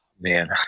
Man